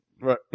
Right